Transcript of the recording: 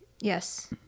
yes